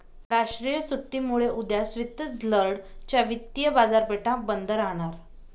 राष्ट्रीय सुट्टीमुळे उद्या स्वित्झर्लंड च्या वित्तीय बाजारपेठा बंद राहणार